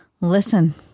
Listen